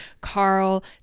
carl